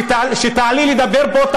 כשתעלי לדבר פה,